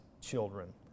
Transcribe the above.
children